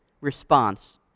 response